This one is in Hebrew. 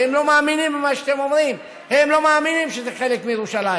כי הם לא מאמינים במה שאתם אומרים: הם לא מאמינים שזה חלק מירושלים.